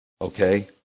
Okay